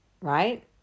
right